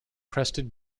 crested